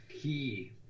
key